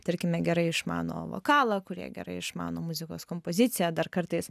tarkime gerai išmano vokalą kurie gerai išmano muzikos kompoziciją dar kartais